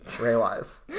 Ray-wise